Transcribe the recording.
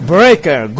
Breaker